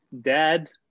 dad